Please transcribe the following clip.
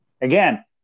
Again